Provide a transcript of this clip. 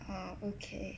ah okay